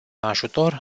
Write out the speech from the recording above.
ajutor